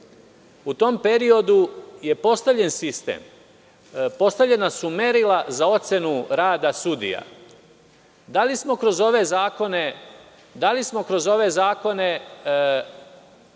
u tom periodu je postavljen sistem, postavljena su merila za ocenu rada sudija. Da li smo kroz ove zakone